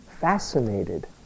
fascinated